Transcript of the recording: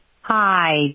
Hi